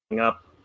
up